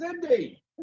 Cindy